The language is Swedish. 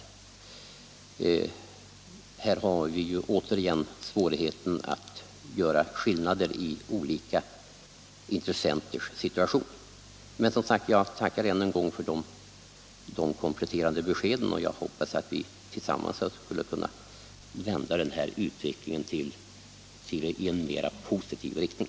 Här har vi återigen svårigheten att göra riktiga bedömningar av olika intressenters situation. Men som sagt: Jag tackar än en gång för de kompletterande beskeden och hoppas att vi tillsammans skall kunna vända denna utveckling i en mera positiv riktning.